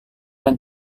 dan